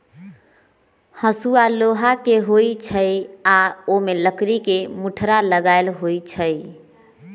हसुआ लोहा के होई छई आ ओमे लकड़ी के मुठरा लगल होई छई